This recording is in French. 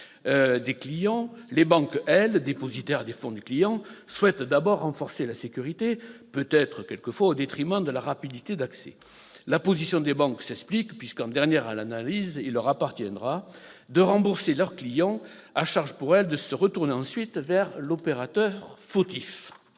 les banques, elles, dépositaires des fonds des clients, souhaitent d'abord renforcer la sécurité, peut-être parfois au détriment de la rapidité d'accès. La position des banques s'explique puisque, en dernière analyse, il leur appartiendra de rembourser leurs clients, à charge pour elles de se retourner ensuite vers l'opérateur fautif.